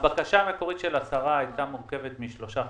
הבקשה המקורית של השרה הייתה מורכבת משלושה חלקים: